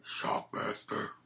Shockmaster